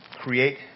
Create